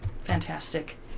fantastic